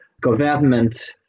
government